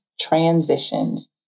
transitions